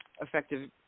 effective